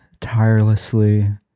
tirelessly